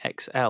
XL